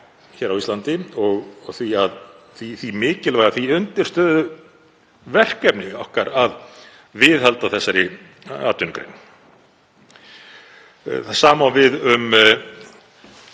hér á Íslandi og því að undirstöðuverkefni okkar að viðhalda þessari atvinnugrein. Það sama á við um